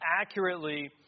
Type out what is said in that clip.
accurately